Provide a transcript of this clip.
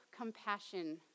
compassion